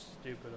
stupid